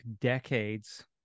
decades